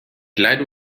leide